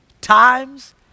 times